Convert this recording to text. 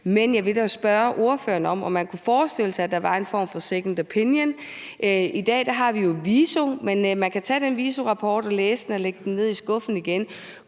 Men jeg vil dog spørge ordføreren, om man kunne forestille sig, at der var en form for second opinion. I dag har vi jo VISO, men man kan tage den VISO-rapport og læse den og lægge den ned i skuffen igen.